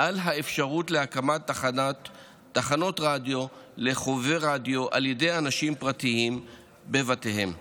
על האפשרות להקמת תחנות רדיו לחובבי רדיו על ידי אנשים פרטיים בבתיהם.